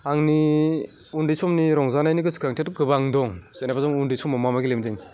आंनि उन्दै समनि रंजानायनि गोसोखांथियाथ' गोबां दं जेनेबा जों उन्दै समाव मा मा गेलेयोमोन जों